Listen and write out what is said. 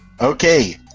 Okay